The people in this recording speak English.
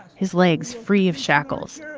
his legs free of shackles.